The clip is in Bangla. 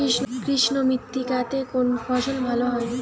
কৃষ্ণ মৃত্তিকা তে কোন ফসল ভালো হয়?